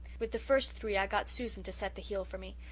with the first three i got susan to set the heel for me.